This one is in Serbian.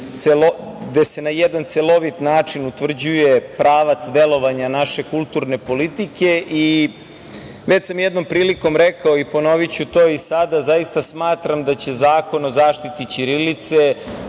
gde se na jedan celovit način utvrđuje pravac delovanja naše kulturne politike. Već sam jednom prilikom rekao i ponoviću to i sada, zaista smatram da će Zakon o zaštiti ćirilice,